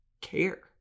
care